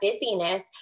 busyness